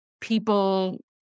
people